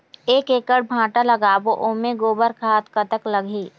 एक एकड़ भांटा लगाबो ओमे गोबर खाद कतक लगही?